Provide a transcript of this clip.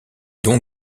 don